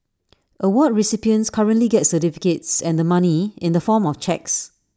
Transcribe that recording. award recipients currently get certificates and the money in the form of cheques